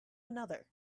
another